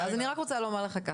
אוקיי, אז אני רק רוצה לומר לך.